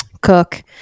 cook